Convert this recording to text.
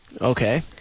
Okay